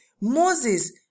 Moses